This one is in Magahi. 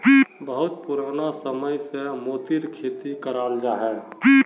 बहुत पुराना समय से मोतिर खेती कराल जाहा